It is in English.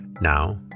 Now